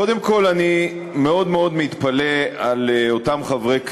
קודם כול, אני מאוד מאוד מתפלא על אותם חברי כנסת,